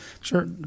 Sure